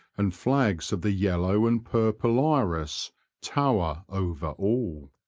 and flags of the yellow and purple iris tower over all.